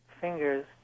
fingers